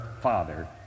Father